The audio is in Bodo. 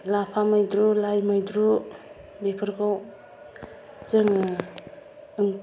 लाफा मैद्रु लाइ मैद्रु बेफोरखौ जोङो